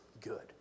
good